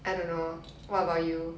I don't know what about you